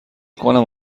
کنم